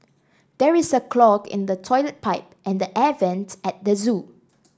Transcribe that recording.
there is a clog in the toilet pipe and the air vents at the zoo